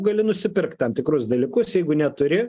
gali nusipirkt tam tikrus dalykus jeigu neturi